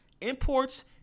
Imports